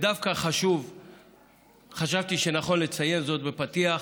דווקא חשבתי שנכון לציין זאת בפתיח.